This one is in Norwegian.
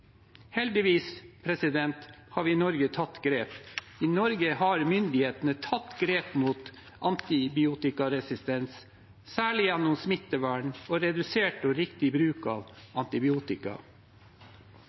Heldigvis har vi i Norge tatt grep. I Norge har myndighetene tatt grep mot antibiotikaresistens, særlig gjennom smittevern og redusert og riktig bruk av